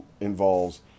involves